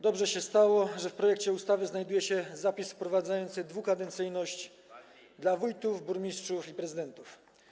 Dobrze się stało, że w projekcie ustawy znajduje się zapis wprowadzający dwukadencyjność wójtów, burmistrzów i prezydentów.